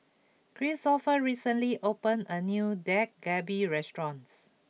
Kristoffer recently opened a new Dak Galbi restaurant